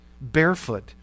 barefoot